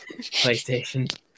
PlayStation